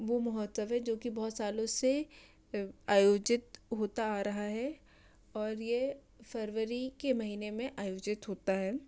वो महोत्सव है जो कि बहुत सालों से आयोजित होता आ रहा है और ये फरवरी के महीने में आयोजित होता है